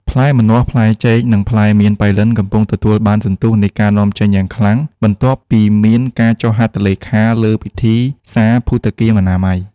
ផ្លែម្នាស់ ផ្លែចេក និងផ្លែមៀនប៉ៃលិន កំពុងទទួលបានសន្ទុះនៃការនាំចេញយ៉ាងខ្លាំង បន្ទាប់ពីមានការចុះហត្ថលេខាលើពិធីសារភូតគាមអនាម័យ។